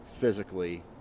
physically